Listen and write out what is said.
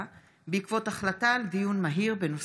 בעקבות דיון מהיר בהצעתו של חבר הכנסת עופר כסיף בנושא: